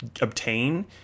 obtain